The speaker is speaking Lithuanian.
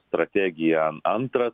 strategija antras